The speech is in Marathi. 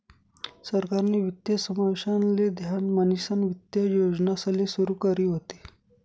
सरकारनी वित्तीय समावेशन ले ध्यान म्हणीसनी वित्तीय योजनासले सुरू करी व्हती